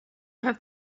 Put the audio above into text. have